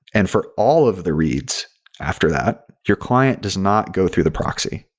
and for all of the reads after that, your client does not go through the proxy.